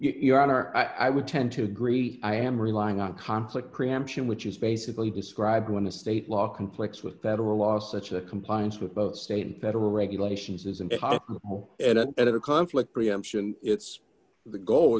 your honor i would tend to agree i am relying on conflict preemption which is basically describing when a state law conflicts with federal law such a compliance with both state and federal regulations is and more of a conflict preemption it's the goal